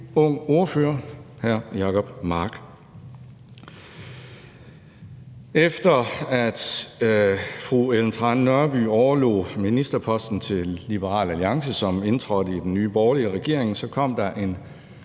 ung ordfører, hr. Jacob Mark. Efter at fru Ellen Trane Nørby overlod ministerposten til Liberal Alliance, som indtrådte i den nye borgerlige regering, kom der en